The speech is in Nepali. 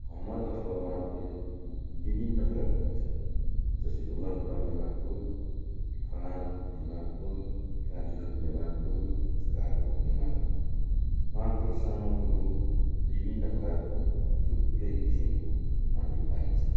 हाम्मर अथवा मार्तोल विभिन्न प्रकारका हुन्छन् जस्तै ढुङ्गा फुटाउने मार्तोल फलाम कुट्ने मार्तोल काँटी ठोक्ने मार्तोल काठ ठोक्ने मार्तोल मार्तोल सानो ठुलो विभिन्न प्रकारको थुप्रै किसिमको मार्तोल पाइन्छ